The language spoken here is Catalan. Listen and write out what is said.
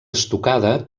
estucada